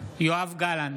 יואב גלנט,